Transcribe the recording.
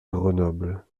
grenoble